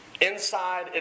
Inside